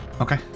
Okay